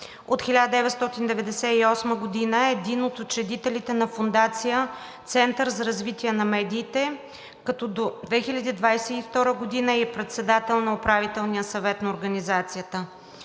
От 1998 г. е един от учредителите на Фондацията „Център за развитие на медиите“, като до 2022 г. е и председател на управителния съвет на организацията.